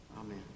Amen